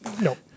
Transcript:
Nope